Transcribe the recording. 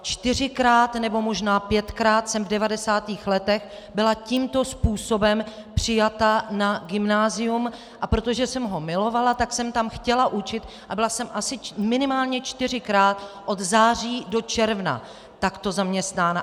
Čtyřikrát nebo možná pětkrát jsem v 90. letech byla tímto způsobem přijata na gymnázium, a protože jsem ho milovala, tak jsem tam chtěla učit a byla jsem minimálně čtyřikrát od září do června takto zaměstnána.